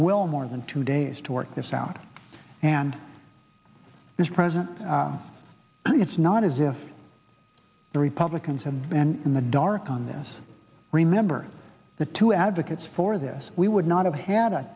will more than two days to work this out and this president and it's not as if the republicans have been in the dark on this remember the two advocates for this we would not have had a